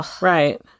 Right